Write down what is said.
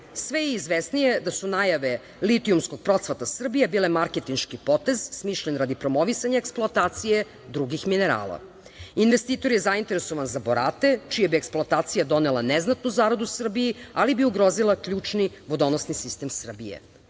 Sve je izvesnije da su najave litijumskog procvata Srbije bile marketinški potez, smišljen radi promovisanja i eksploatacije drugih minerala. Investitor je zainteresovan za borate, čija bi eksploatacija donela neznatnu zaradu Srbije, ali bi ugrozila ključni vodonosni sistem Srbije.